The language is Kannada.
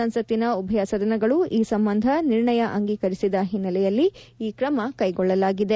ಸಂಸತ್ತಿನ ಉಭಯ ಸದನಗಳು ಈ ಸಂಬಂಧ ನಿರ್ಣಯ ಅಂಗೀಕರಿಸಿದ ಹಿನ್ನೆಲೆಯಲ್ಲಿ ಈ ತ್ರಮ ಕ್ಟೆಗೊಳ್ಳಲಾಗಿದೆ